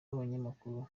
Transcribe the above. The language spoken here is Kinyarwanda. abanyamakuru